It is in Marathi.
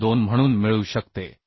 42 म्हणून मिळू शकते